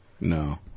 No